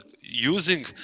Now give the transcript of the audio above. using